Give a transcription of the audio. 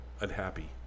unhappy